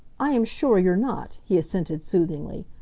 i am sure you're not, he assented soothingly.